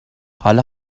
حالا